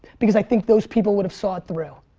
because i think those people would have saw it through.